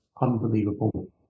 unbelievable